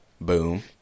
boom